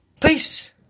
peace